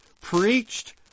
preached